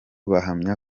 bahamya